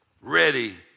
ready